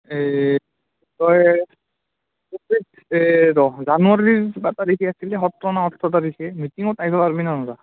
এই তই গোটেই এই ৰ জানুৱাৰীৰ কিবা তাৰিখে আছিলে সতৰ নে অঠৰ তাৰিখে মিটিঙত আহিব পাৰবি নে নোৱাৰা